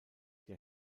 der